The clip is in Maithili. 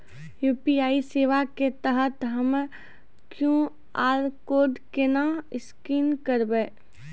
यु.पी.आई सेवा के तहत हम्मय क्यू.आर कोड केना स्कैन करबै?